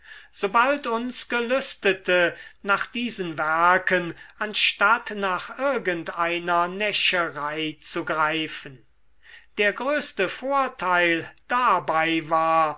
sobald uns gelüstete nach diesen werken anstatt nach irgend einer näscherei zu greifen der größte vorteil dabei war